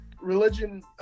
religion